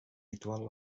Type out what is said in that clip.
ritual